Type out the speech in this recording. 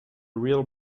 real